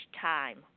time